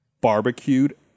barbecued